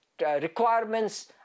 requirements